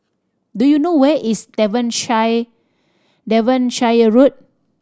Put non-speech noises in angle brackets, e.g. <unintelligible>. do you know where is <unintelligible> Devonshire Road